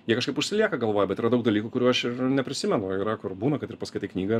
jie kažkaip užsilieka galvoj bet yra daug dalykų kurių aš ir neprisimenu yra kur būna kad ir paskai knygą